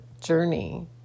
journey